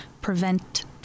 prevent